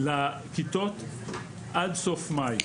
לכיתות עד סוף מאי.